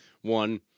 One